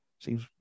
seems